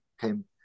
came